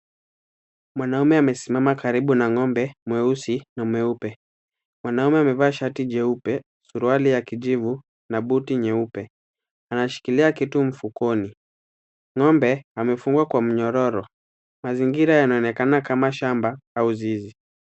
Mwanaume amesimama karibu na ng'ombe mweusi na mweupe. Mwanaume amevaa shati jeupe, suruali ya kijivu na buti nyeupe. Anashikilia kitu mfukoni. Ng'ombe amefungwa kwa mnyororo. Mazingira yanaonekana kama shamba au zizi.